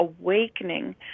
awakening